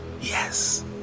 yes